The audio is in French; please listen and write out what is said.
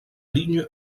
ligne